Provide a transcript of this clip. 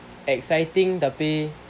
exciting tapi